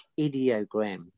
ideogram